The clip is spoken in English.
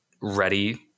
ready